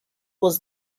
was